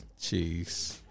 Jeez